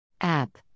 App